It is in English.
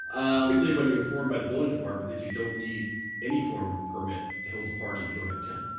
particularly when you're informed by the building department that you don't need any form of permit to hold a party if you don't have a tent.